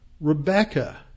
Rebecca